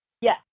Yes